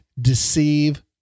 deceive